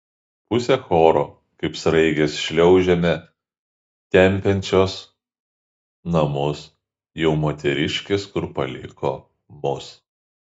pusė choro kaip sraigės šliaužiame tempiančios namus jau moteriškės kur paliko mus